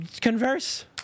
converse